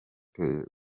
uteye